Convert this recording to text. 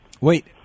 wait